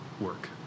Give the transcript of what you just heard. work